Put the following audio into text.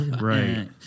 Right